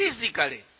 physically